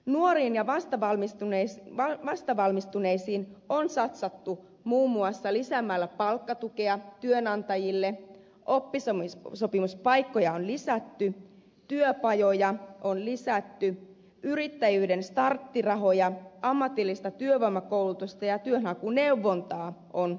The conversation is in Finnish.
nuoriin ja vastavalmistuneisiin on satsattu muun muassa lisäämällä palkkatukea työnantajille oppisopimuspaikkoja on lisätty työpajoja on lisätty yrittäjyyden starttirahoja ammatillista työvoimakoulutusta ja työnhakuneuvontaa on annettu lisää